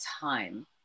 time